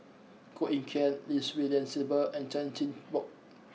Koh Eng Kian Lim Swee Lian Sylvia and Chan Chin Bock